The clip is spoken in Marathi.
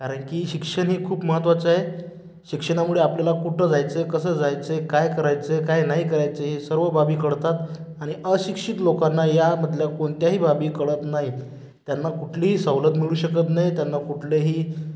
कारण की शिक्षण हे खूप महत्त्वाचं आहे शिक्षणामुळे आपल्याला कुठं जायचं आहे कसं जायचं आहे काय करायचं आहे काय नाही करायचं आहे ह्या सर्व बाबी कळतात आणि अशिक्षित लोकांना यामधल्या कोणत्याही बाबी कळत नाहीत त्यांना कुठलीही सवलत मिळू शकत नाही त्यांना कुठलंही